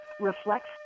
reflects